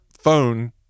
phone